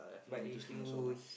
but if you